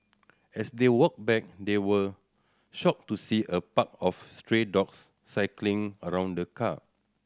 as they walked back they were shocked to see a pack of stray dogs circling around the car